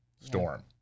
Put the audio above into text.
storm